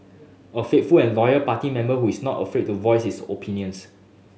a faithful and loyal party member who is not afraid to voice his opinions